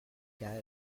guy